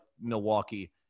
Milwaukee